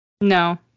No